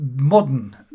modern